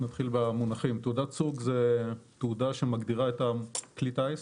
נתחיל במונחים: תעודת סוג זו תעודה שמגדירה את כלי הטיס.